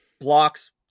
blocks